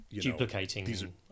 Duplicating